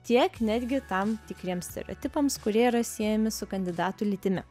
tiek netgi tam tikriems stereotipams kurie yra siejami su kandidatų lytimi